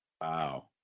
Wow